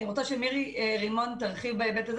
אני רוצה שמירי רימון תרחיב בהיבט הזה